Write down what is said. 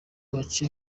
amenyesha